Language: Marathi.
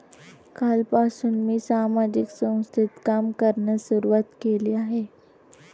कालपासून मी सामाजिक संस्थेत काम करण्यास सुरुवात केली आहे